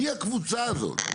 מי הקבוצה הזאת?